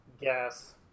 gas